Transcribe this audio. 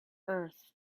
earth